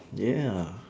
ya